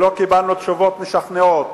שלא קיבלנו תשובות משכנעות,